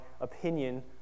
opinion